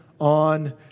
on